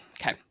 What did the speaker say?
okay